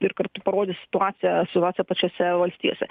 ir kartu parodys situaciją situaciją pačiose valstijose